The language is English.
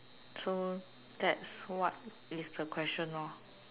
so that's what is the question lor